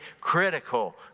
critical